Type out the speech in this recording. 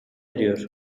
eriyor